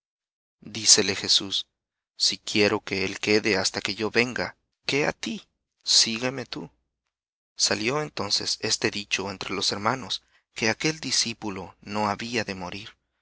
dícele jesús si quiero que él quede hasta que yo venga qué á tí sígueme tú salió entonces este dicho entre los hermanos que aquel discípulo no había de morir